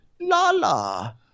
Lala